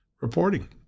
reporting